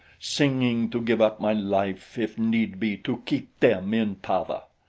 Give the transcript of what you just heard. singing, to give up my life if need be to keep them in power.